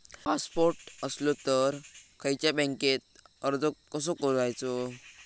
Passport असलो तर खयच्या बँकेत अर्ज कसो करायचो?